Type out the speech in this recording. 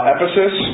Ephesus